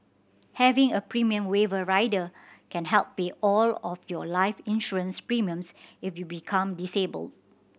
having a premium waiver rider can help pay all of your life insurance premiums if you become disabled